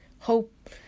Hope